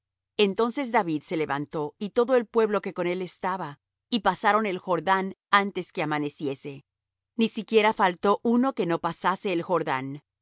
entonces david se levantó y todo el pueblo que con él estaba y pasaron el jordán antes que amaneciese ni siquiera faltó uno que no pasase el jordán